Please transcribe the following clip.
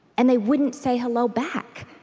and they wouldn't say hello back.